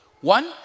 One